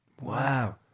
wow